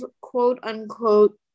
quote-unquote